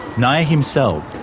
nia himself,